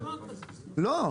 לא.